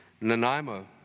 Nanaimo